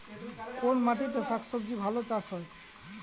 কোন মাটিতে শাকসবজী ভালো চাষ হয়?